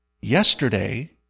Yesterday